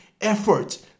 effort